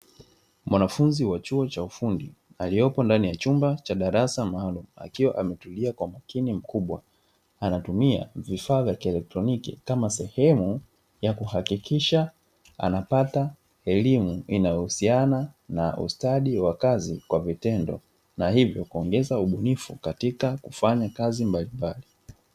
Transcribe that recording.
Mwanafunzi wa chuo cha ufundi aliyopo ndani ya chumba cha darasa maalumu akiwa ametulia kwa makini mkubwa, anatumia vifaa vya kielektroniki kama sehemu ya kuhakikisha anapata elimu inayohusiana na ustadi wa kazi kwa vitendo na hivyo kuongeza ubunifu katika kufanya kazi mbalimbali.